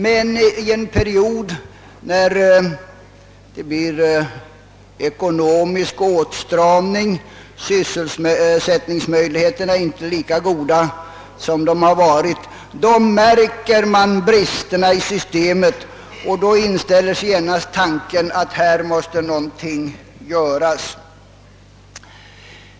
Men i en period med ekonomisk åtstramning och försämrade = sysselsättningsmöjligheter märker man bristerna i systemet och då inställer sig genast tanken att här måste någonting göras.